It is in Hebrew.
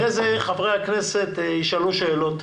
לאחר מכן חברי הכנסת ישאלו שאלות,